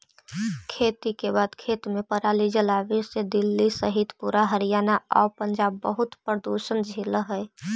खेती के बाद खेत में पराली जलावे से दिल्ली सहित पूरा हरियाणा आउ पंजाब बहुत प्रदूषण झेलऽ हइ